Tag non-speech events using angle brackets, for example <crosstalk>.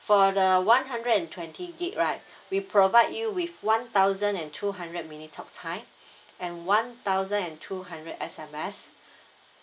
for the one hundred and twenty gig right we provide you with one thousand and two hundred minute talk time <breath> and one thousand and two hundred S_M_S <breath>